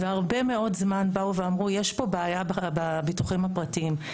והרבה מאוד זמן באו ואמרו יש פה בעיה בביטוחים הפרטיים.